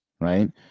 right